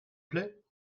plait